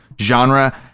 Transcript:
genre